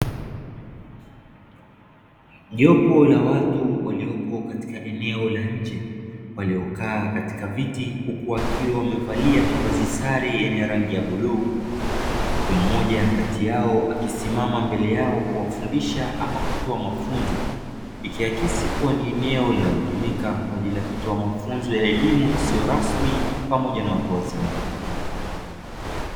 Jopo la watu waliopo katika eneo la nje waliokaa katika viti huku wakiwa wamevalia mavazi sare yenye rangi ya bluu, huku mmoja kati yao akisimama mbele yao kuwafundisha ama kutoa mafunzo, ikiakisi kuwa ni eneo linalotumika kwa ajili ya kutoa mafunzo ya elimu isiyo rasmi pamoja na watu wazima.